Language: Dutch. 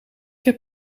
heb